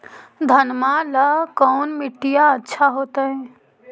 घनमा ला कौन मिट्टियां अच्छा होतई?